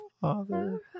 father